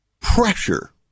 Pressure